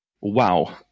wow